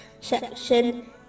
section